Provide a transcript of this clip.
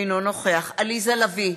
אינו נוכח עליזה לביא,